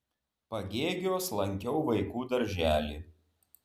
pagėgiuos lankiau vaikų darželį